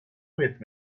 with